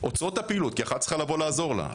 הן עוצרות את הפעילות כי אחת צריכה לבוא ולעזור לה.